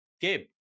Gabe